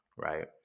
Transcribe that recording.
Right